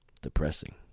depressing